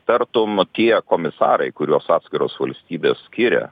tartum tie komisarai kuriuos atskiros valstybės skiria